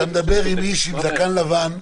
אתה מדבר עם איש עם זקן לבן,